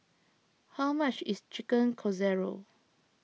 how much is Chicken Casserole